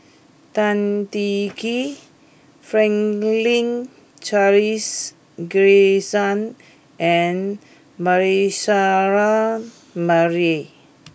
Tan Teng Kee Franklin Charles Gimson and Manasseh Meyer